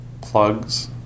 plugs